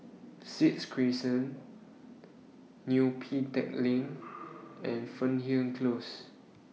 six Crescent Neo Pee Teck Lane and Fernhill Close